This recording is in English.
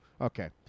Okay